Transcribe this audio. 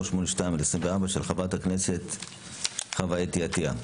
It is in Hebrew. פ/138/24 של חברת הכנסת חוה אתי עטייה,